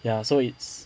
ya so it's